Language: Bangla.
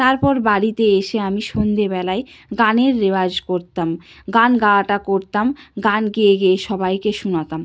তারপর বাড়িতে এসে আমি সন্ধেবেলায় গানের রেওয়াজ করতাম গান গাওয়াটা করতাম গান গেয়ে গেয়ে সবাইকে শুনাতাম